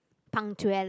punctuality